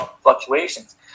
fluctuations